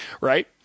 right